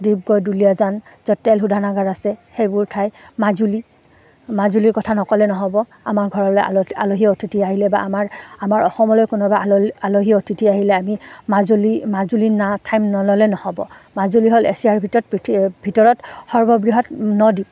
ডিগবয় দুলীয়াজান য'ত তেল শোধানাগাৰ আছে সেইবোৰ ঠাই মাজুলী মাজুলীৰ কথা নকলে নহ'ব আমাৰ ঘৰলৈ আলহী আলহী অতিথি আহিলে বা আমাৰ আমাৰ অসমলৈ কোনোবা আল আলহী অতিথি আহিলে আমি মাজুলী মাজুলী না ঠাইৰ নাম নল'লে নহ'ব মাজুলী হ'ল এছিয়াৰ ভিতৰত পৃথি ভিতৰত সৰ্ববৃহৎ নদ্বীপ